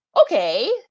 okay